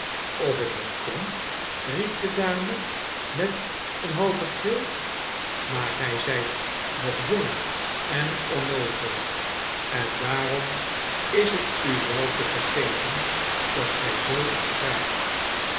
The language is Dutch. of ill hen ken riep de dame met een halven gil maar gij zijt nog jong en onnoozel en daarom is het u wel te vergeven dat gij zoo iets vraagt